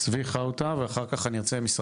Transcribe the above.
צבי חאוטה, בבקשה.